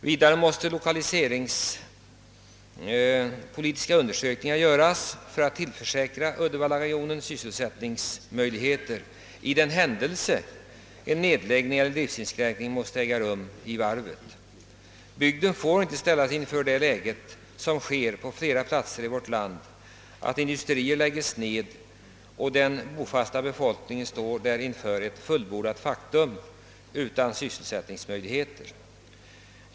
Vidare måste lokaliseringspolitiska undersökningar göras för att tillförsäkra uddevallaregionen sysselsättningsmöjligheter, för den händelse en nedläggning eller inskränkning av driften skulle bli nödvändig. Bygden får inte ställas i samma situation som ett flertal andra orter i vårt land, nämligen att en industri lägges ned och den bofasta befolkningen ställes inför fullbordat faktum utan sysselsättningsmöjligheter.